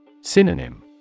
Synonym